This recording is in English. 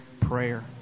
prayer